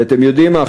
ואתם יודעים מה,